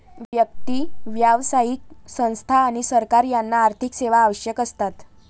व्यक्ती, व्यावसायिक संस्था आणि सरकार यांना आर्थिक सेवा आवश्यक असतात